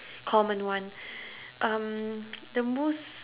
common one um the most